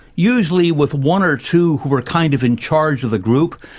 usually with one or two who are kind of in charge of the group.